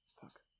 fuck